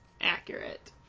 accurate